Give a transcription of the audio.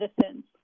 citizens